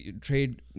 trade